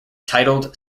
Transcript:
titled